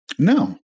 No